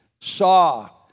saw